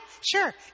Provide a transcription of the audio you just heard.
sure